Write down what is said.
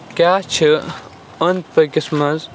کیاہ چھُ أندۍ پٔکِس منٛز